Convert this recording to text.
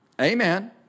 Amen